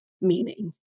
meaning